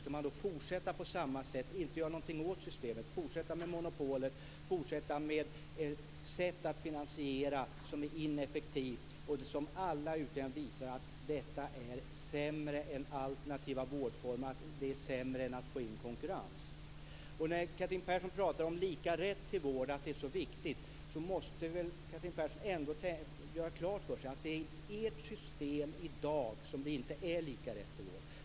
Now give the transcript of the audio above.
Skall man då fortsätta på samma sätt och inte göra någonting åt systemet, fortsätta med monopolet och fortsätta med ett sätt att finansiera som är ineffektivt? Och alla utredningar visar att detta är sämre än alternativa vårdformer och att det är sämre än att få in konkurrens. När Catherine Persson talar om lika rätt till vård och att det är så viktigt, måste väl Catherine Persson göra klart för sig att det är i ert system i dag som människor inte har lika rätt till vård.